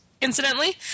incidentally